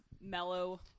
mellow